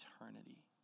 eternity